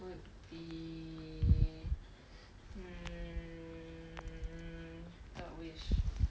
would be hmm third wish